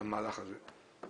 למהלך הזה.